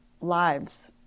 lives